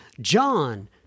John